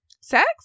Sex